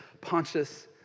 Pontius